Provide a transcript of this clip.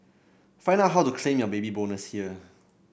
find out how to claim your Baby Bonus here